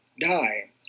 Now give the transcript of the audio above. die